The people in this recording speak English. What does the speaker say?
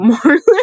Marlon